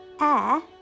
air